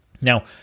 Now